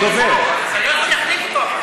אתה לא יכול להחליף אותו.